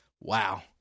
wow